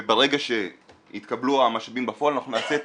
וברגע שיתקבלו המשאבים בפועל אנחנו נעשה את